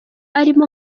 arimo